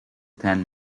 ten